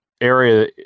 area